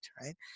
right